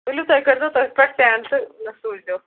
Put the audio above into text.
ؤلِو تُہۍ کٔرۍ زیٚو تٔتھۍ پٮ۪ٹھ سینٛڈ تہٕ سوٗزیو